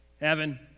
heaven